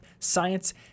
science